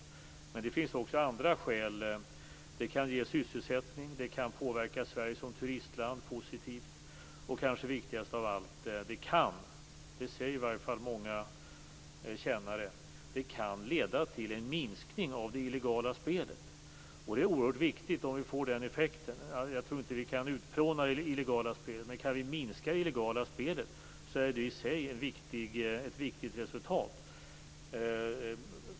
Men det finns också andra skäl - det kan ge sysselsättning, det kan påverka Sverige som turistland positivt och kanske viktigast av allt: Det kan, åtminstone enligt många kännare, leda till en minskning av det illegala spelet. Det är oerhört viktigt om vi får den effekten. Jag tror inte att vi kan utplåna det illegala spelet, men kan vi minska det är detta i sig ett viktigt resultat.